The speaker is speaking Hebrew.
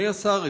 אדוני השר,